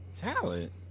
talent